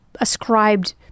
ascribed